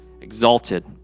exalted